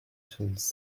tools